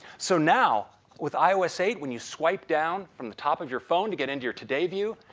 so now, with ios eight, when you swipe down from the top of your phone to get into your today view,